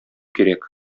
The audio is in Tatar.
кирәк